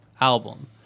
album